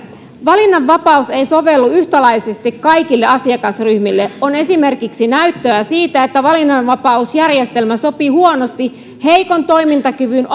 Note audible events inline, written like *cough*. valinnanvapaus ei sovellu yhtäläisesti kaikille asiakasryhmille on esimerkiksi näyttöä siitä että valinnanvapausjärjestelmä sopii huonosti heikon toimintakyvyn *unintelligible*